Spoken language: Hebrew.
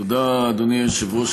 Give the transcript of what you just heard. תודה, אדוני היושב-ראש.